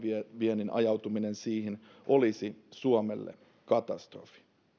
viennin ajautuminen siihen olisi suomelle katastrofi